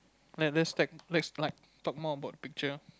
like let's take let's like talk more about the picture